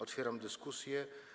Otwieram dyskusję.